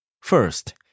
First